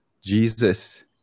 Jesus